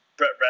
Brett